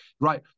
right